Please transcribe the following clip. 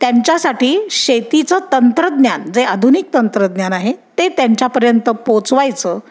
त्यांच्यासाठी शेतीचं तंत्रज्ञान जे आधुनिक तंत्रज्ञान आहे ते त्यांच्यापर्यंत पोचवायचं